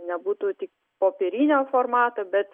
nebūtų tik popierinio formato bet